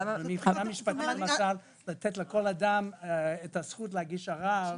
מבחינה משפטית לתת לכל אדם את הזכות להגיש ערר למשל,